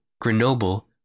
Grenoble